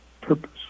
purpose